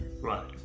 right